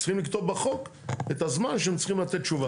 צריכים לכתוב בחוק את הזמן שהם צריכים לתת תשובה.